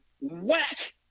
whack